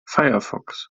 firefox